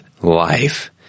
life